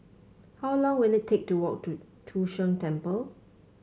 how long will it take to walk to Chu Sheng Temple